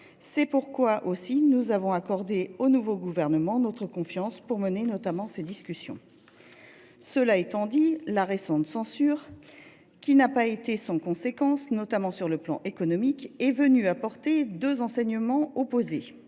cette tribune, nous avons accordé au nouveau gouvernement notre confiance pour mener ces discussions. Cela étant dit, la récente censure, qui n’a pas été sans conséquences, notamment sur le plan économique, est venue apporter deux enseignements, opposés.